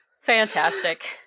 Fantastic